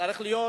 צריך להיות